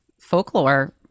folklore